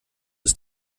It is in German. ist